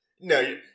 no